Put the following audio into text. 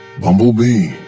Bumblebee